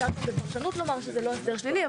אפשר גם בפרשנות לומר שזה לא הסדר שלילי.